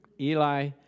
Eli